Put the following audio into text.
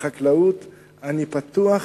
בחקלאות אני פתוח